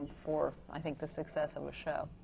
for, i think, the success of the show.